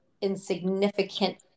insignificant